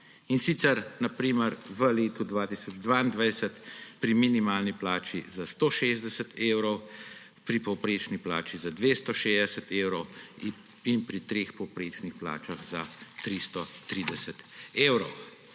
In sicer, na primer, v letu 2022 pri minimalni plači za 160 evrov, pri povprečni plači za 260 evrov in pri treh povprečnih plačah za 330 evrov.